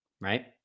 right